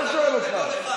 לא שואל אותך.